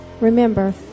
Remember